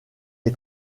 les